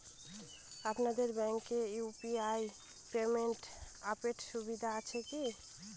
আপনাদের ব্যাঙ্কে UPI payment অ্যাপের সুবিধা আছে কি?